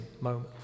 moment